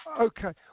Okay